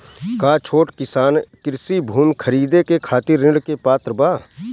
का छोट किसान कृषि भूमि खरीदे के खातिर ऋण के पात्र बा?